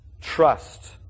trust